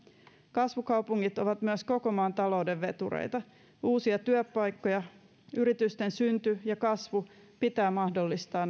kasvukaupungit ovat myös koko maan talouden vetureita uusia työpaikkoja luovien yritysten synty ja kasvu pitää mahdollistaa